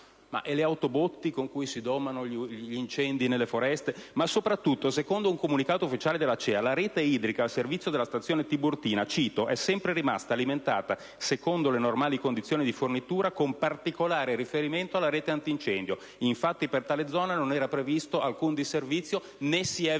E le autobotti con cui si domano gli incendi nelle foreste? Ma soprattutto, secondo un comunicato ufficiale dell'ACEA, «la rete idrica al servizio della stazione Tiburtina è sempre rimasta alimentata secondo le normali condizioni di fornitura, con particolare riferimento alla rete antincendio; infatti per tale zona non era previsto alcun disservizio, né si è verificato».